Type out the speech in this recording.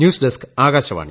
news desk Akashvani